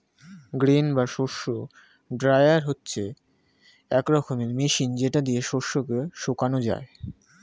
grain বা শস্য dryer হচ্ছে এক রকমের মেশিন যেটা দিয়ে শস্য কে শোকানো যায়